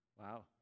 Wow